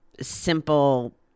simple